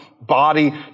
body